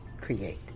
create